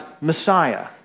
Messiah